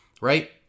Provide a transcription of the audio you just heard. right